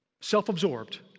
self-absorbed